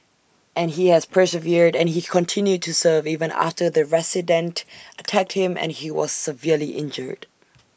and he has persevered and he continued to serve even after the resident attacked him and he was severely injured